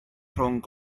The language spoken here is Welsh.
rhwng